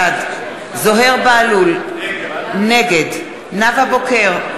בעד זוהיר בהלול, נגד נאוה בוקר,